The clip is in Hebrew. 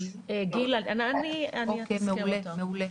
בעניין תקציבי ההכשרות לשנת 2021. אני מזכירה לכם,